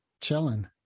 chilling